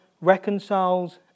reconciles